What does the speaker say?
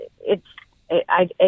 it's—I